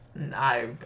I-